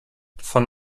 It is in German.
von